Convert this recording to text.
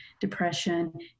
depression